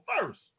first